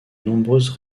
nombreuses